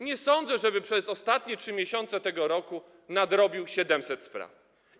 Nie sądzę, żeby przez ostatnie 3 miesiące tego roku nadrobił 700 spraw.